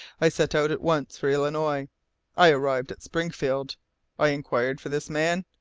i set out at once for illinois i arrived at springfield i inquired for this man,